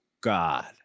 God